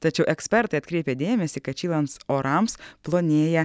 tačiau ekspertai atkreipia dėmesį kad šylants orams plonėja